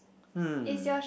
!hmm!